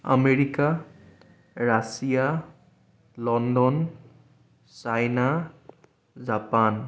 America Russia London China Japan